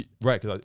right